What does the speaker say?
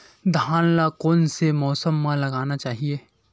धान ल कोन से मौसम म लगाना चहिए?